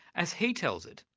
as he tells it,